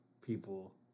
people